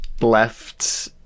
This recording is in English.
left